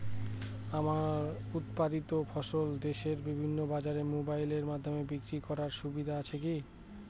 আমার উৎপাদিত ফসল দেশের বিভিন্ন বাজারে মোবাইলের মাধ্যমে বিক্রি করার সুবিধা আছে কি?